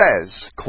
says